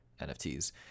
NFTs